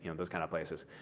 you know those kind of places.